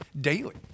daily